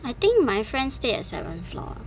I think my friends stayed at seven floor